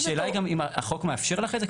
השאלה היא גם אם החוק מאפשר לך את זה?